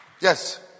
Yes